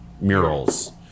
murals